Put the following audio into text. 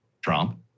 Trump